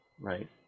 right